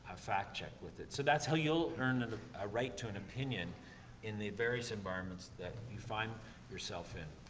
ah fact check with it. so that's how you'll earn an a right to an opinion in the various environments that you find yourself in.